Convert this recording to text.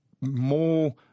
more